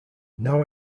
now